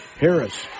Harris